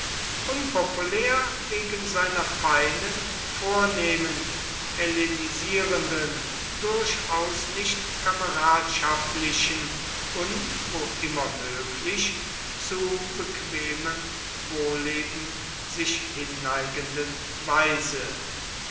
unpopulär wegen seiner feinen vornehmen hellenisierenden durchaus nicht kameradschaftlichen und wo immer möglich zu bequemem wohlleben sich hinneigenden weise